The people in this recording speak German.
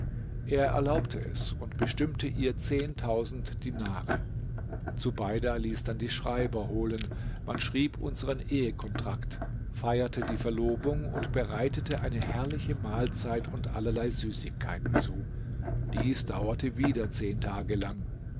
er erlaubte es und bestimmte ihr dinare zubeida ließ dann die schreiber holen man schrieb unseren ehe kontrakt feierte die verlobung und bereitete eine herrliche mahlzeit und allerlei süßigkeiten zu dies dauerte wieder zehn tage lang